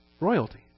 Royalty